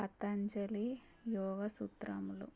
పతాంజలి యోగ సూత్రములు